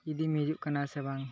ᱤᱫᱤᱢ ᱦᱤᱡᱩᱜ ᱠᱟᱱᱟ ᱥᱮ ᱵᱟᱝ